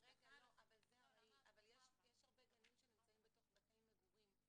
אבל יש הרבה גנים שנמצאים בתוך בתי מגורים,